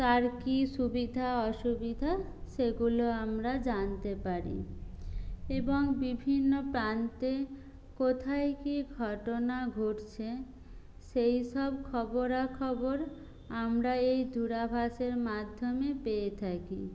তার কী সুবিধা অসুবিধা সেগুলো আমরা জানতে পারি এবং বিভিন্ন প্রান্তে কোথায় কি ঘটনা ঘটছে সেই সব খবরাখবর আমরা এই দূরভাষের মাধ্যমে পেয়ে থাকি